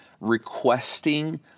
requesting